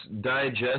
Digest